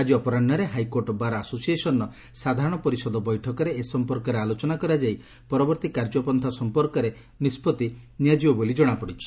ଆଜି ଅପରାହରେ high court bar ଆସୋସିଏସନ୍ର ସାଧାରଣ ପରିଷଦ ବୈଠକରେ ଏ ସଂପର୍କରେ ଆଲୋଚନା କରାଯାଇ ପରବର୍ତ୍ତୀ କାର୍ଯ୍ୟପନ୍ତା ସଂପର୍କରେ ନିଷ୍ବର୍ତି ନିଆଯିବ ବୋଲି ଜଣାପଡ଼ିଛି